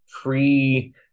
pre